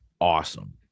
awesome